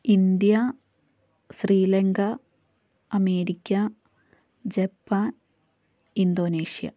India Sri Lanka America Japan Indonesia